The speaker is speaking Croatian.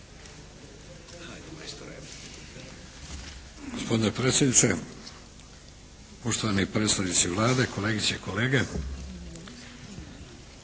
Gospodine predsjedniče, poštovani predstavnici Vlade, kolegice i kolege.